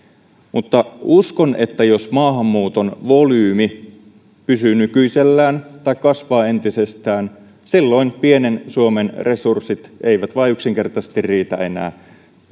mutta uskon että jos maahanmuuton volyymi pysyy nykyisellään tai kasvaa entisestään niin silloin pienen suomen resurssit eivät yksinkertaisesti vaan riitä enää